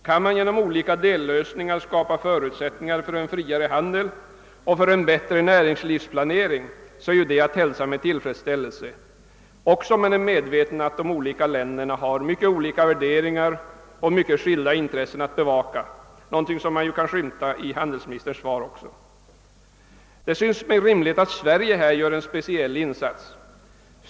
Kan man genom olika dellösningar skapa förutsättningar för en friare handel och för en bättre näringslivsplanering är ju det att hälsa med tillfredsställelse, även om man är medveten om att de olika länderna har olika värderingar och skilda intressen att bevaka — något som man kan skymta också i handelsministerns svar. Det syns mig rimligt att Sverige här gör en speciell insats.